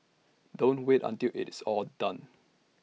don't wait until it's all done